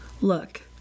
Look